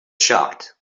shocked